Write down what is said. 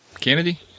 kennedy